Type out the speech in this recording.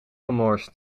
gemorst